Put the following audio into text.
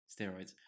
steroids